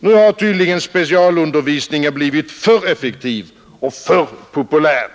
Nu har tydligen specialundervisningen blivit för effektiv och för populär.